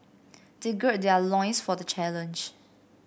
they gird their loins for the challenge